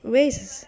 where is